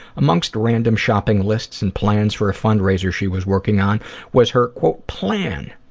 amongst random shopping lists and plans for a fundraiser she was working on was her plan.